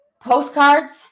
Postcards